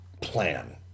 plan